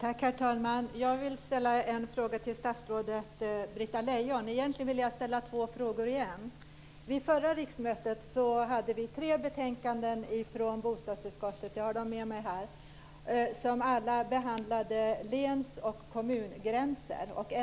Herr talman! Jag vill ställa två frågor till statsrådet Under förra riksdagsåret avgav bostadsutskottet tre betänkanden som alla behandlade ändring av länsoch kommungränser.